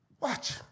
Watch